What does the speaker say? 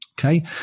Okay